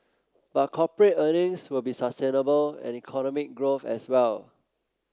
but corporate earnings will be sustainable and economic growth as well